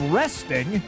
resting